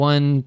One